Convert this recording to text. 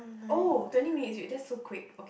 oh twenty minutes already that's so quick okay